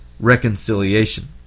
Reconciliation